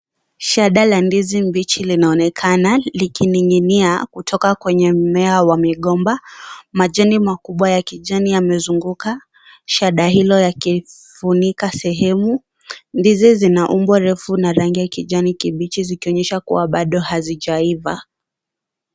Shada la ndizi mbichi linaonekana liki ning'inia kutoka kwenye mmea wa migomba. Majani makubwa ya kijani yamezunguka shada hilo yakifunika sehemu. Ndizi zina umbo refu na rangi ya kijani kibichi ikionyesha kuwa Bado hazijeiva.